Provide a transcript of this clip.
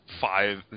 five